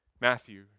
Matthew